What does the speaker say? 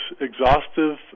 exhaustive